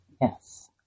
Yes